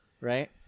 Right